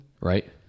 Right